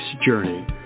journey